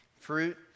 Fruit